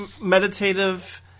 meditative